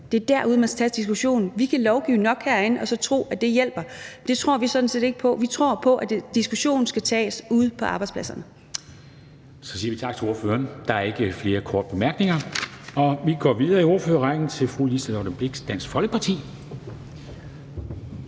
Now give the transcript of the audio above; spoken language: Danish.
det er derude, man skal tage diskussionen. Vi kan lovgive nok så meget herinde og så tro, at det hjælper. Det tror vi sådan set ikke på; vi tror på, at diskussionen skal tages ude på arbejdspladsen. Kl. 10:43 Formanden (Henrik Dam Kristensen): Så siger vi tak til ordføreren. Der er ikke flere korte bemærkninger. Vi går videre i ordførerrækken til fru Liselott Blixt, Dansk Folkeparti.